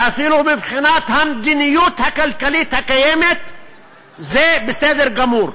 ואפילו מבחינת המדיניות הכלכלית הקיימת זה בסדר גמור.